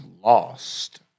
lost